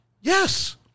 yes